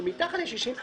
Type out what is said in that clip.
שהוא מתחת ל-60,